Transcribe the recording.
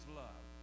love